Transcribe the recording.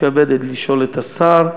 מתכבדת לשאול את השר.